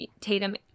Tatum